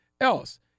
else